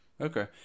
Okay